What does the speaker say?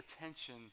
attention